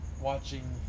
watching